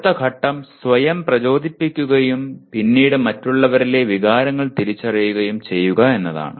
അടുത്ത ഘട്ടം സ്വയം പ്രചോദിപ്പിക്കുകയും പിന്നീട് മറ്റുള്ളവരിലെ വികാരങ്ങൾ തിരിച്ചറിയുകയും ചെയ്യുക എന്നതാണ്